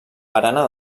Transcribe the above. barana